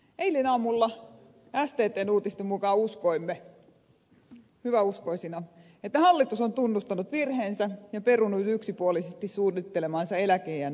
eilen aamulla sttn uutisten mukaan uskoimme hyväuskoisina että hallitus on tunnustanut virheensä ja perunut yksipuolisesti suunnittelemansa eläkeiän noston